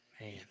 man